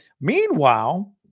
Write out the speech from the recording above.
Meanwhile